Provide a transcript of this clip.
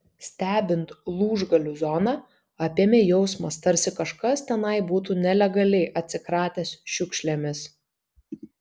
stebint lūžgalių zoną apėmė jausmas tarsi kažkas tenai būtų nelegaliai atsikratęs šiukšlėmis